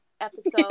episode